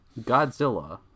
Godzilla